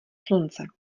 slunce